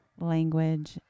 language